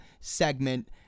segment